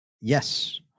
Yes